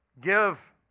give